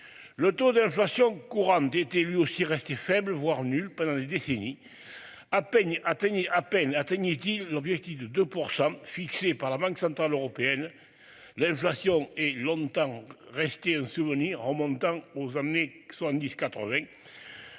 Le taux d'inflation courant était lui aussi resté faible voire nulle. Pendant des décennies à peine atteignait à peine atteignait il l'objectif de 2% fixé par la Banque centrale européenne, l'inflation est longtemps resté un souvenir remontant aux années son